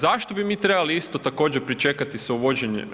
Zašto bi mi trebali isto također pričekati sa uvođenjem